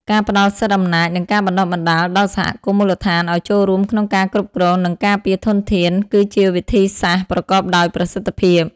ការផ្តល់សិទ្ធិអំណាច និងការបណ្តុះបណ្តាលដល់សហគមន៍មូលដ្ឋានឱ្យចូលរួមក្នុងការគ្រប់គ្រង និងការពារធនធាន គឺជាវិធីសាស្ត្រប្រកបដោយប្រសិទ្ធភាព។